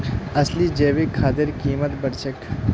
असली जैविक खादेर कीमत बढ़ छेक